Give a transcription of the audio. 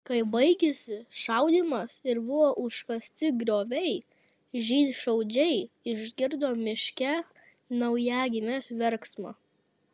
kai baigėsi šaudymas ir buvo užkasti grioviai žydšaudžiai išgirdo miške naujagimės verksmą